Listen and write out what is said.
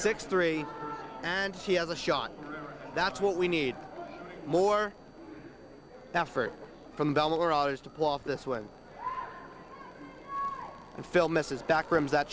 six three and he has a shot that's what we need more effort from bell or others to pull off this one and fill messes back rooms that